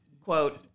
Quote